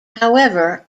however